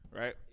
right